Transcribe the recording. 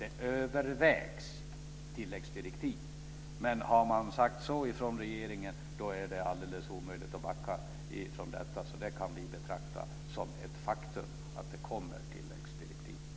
Det övervägs tilläggsdirektiv, och har man sagt det från regeringen, är det omöjligt att backa från det. Vi kan alltså betrakta det som ett faktum att det kommer tilläggsdirektiv.